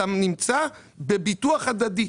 אתה נמצא בביטוח הדדי.